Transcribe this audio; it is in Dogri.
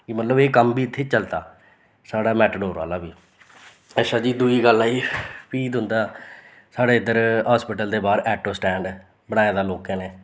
मतलब एह् कम्म बी इत्थें चलदा साढ़ै मैटाडोर आह्ला बी अच्छा जी दुई गल्ल आई फ्ही तुं'दा साढ़े इद्धर हॉस्पिटल दे बाह्र ऐटो स्टैंड ऐ बनाए दा लोकें ने